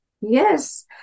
Yes